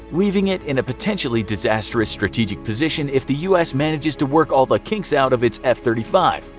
leaving it in a potentially disastrous strategic position if the us manages to work all the kinks out of its f thirty five.